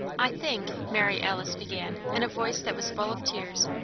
i think, mary alice began, in a voice that was full of tears,